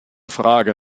frage